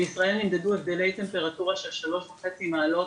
בישראל נמדדו הבדלי טמפרטורה של 3.5 מעלות,